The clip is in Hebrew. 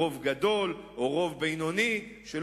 רוב גדול או רוב בינוני בעם הפלסטיני,